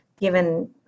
given